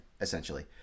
essentially